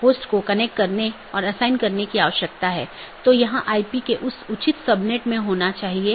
एक ज्ञात अनिवार्य विशेषता एट्रिब्यूट है जोकि सभी BGP कार्यान्वयन द्वारा पहचाना जाना चाहिए और हर अपडेट संदेश के लिए समान होना चाहिए